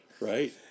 Right